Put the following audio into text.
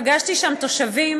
פגשתי שם תושבים